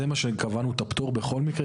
זה מה שקבענו את הפטור בכל מקרה,